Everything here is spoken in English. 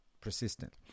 persistent